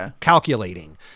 calculating